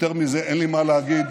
יותר מזה אין לי מה להגיד.